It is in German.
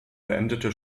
beendete